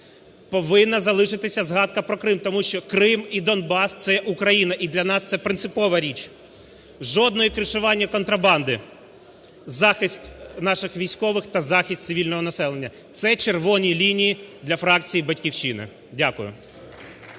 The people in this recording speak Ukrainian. повинна залишитися згадка про Крим, тому що Крим і Донбас – це Україна, і для нас це принципова річ; жодного кришування контрабанди; захист наших військових та захист цивільного населення. Це "червоні лінії" для фракції "Батьківщина". Дякую.